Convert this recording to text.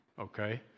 okay